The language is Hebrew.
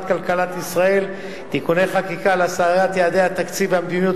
כלכלת ישראל (תיקוני חקיקה להשגת יעדי התקציב והמדיניות